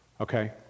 okay